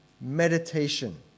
meditation